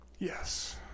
Yes